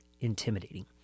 intimidating